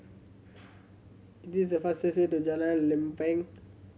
this is the fastest way to Jalan Lempeng